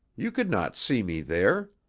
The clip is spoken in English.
you could not see me there.